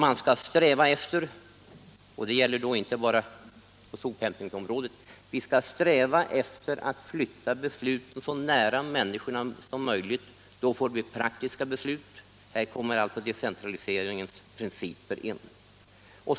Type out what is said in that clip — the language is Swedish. Man skall sträva efter — och det gäller inte bara på sophämtningsområdet — att flytta besluten så nära människorna som möjligt; då blir det praktiska beslut. Här kommer alltså decentraliseringsprincipen in.